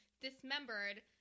dismembered